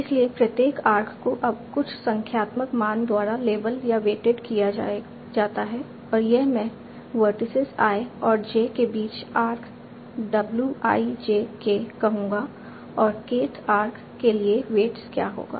इसलिए प्रत्येक आर्क को अब कुछ संख्यात्मक मान द्वारा लेबल या वेटेड किया जाता है और यह मैं वर्टिसीज i और j के बीच आर्क wijk कहूंगा और kth आर्क के लिए वेट्स क्या होगा